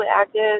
active